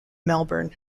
melbourne